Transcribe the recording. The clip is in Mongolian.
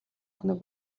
хоног